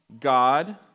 God